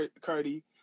Cardi